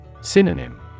SYNONYM